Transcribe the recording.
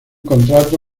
contrato